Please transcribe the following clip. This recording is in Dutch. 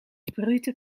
brute